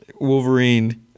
Wolverine